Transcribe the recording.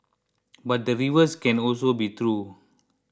but the reverse can also be true